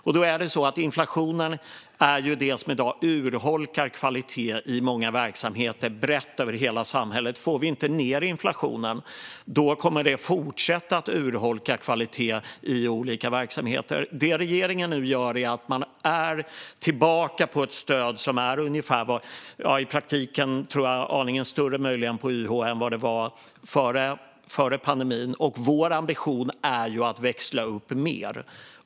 Det är ju så att inflationen är det som i dag urholkar kvaliteten i många verksamheter, brett över hela samhället. Får vi inte ned inflationen kommer den att fortsätta urholka kvaliteten i olika verksamheter. Det regeringen nu gör är att man är tillbaka på ett stöd för YH som är ungefär vad det var före pandemin, i praktiken möjligen aningen större, och vår ambition är att växla upp mer.